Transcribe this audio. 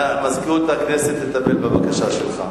מזכירות הכנסת תטפל בבקשה שלך.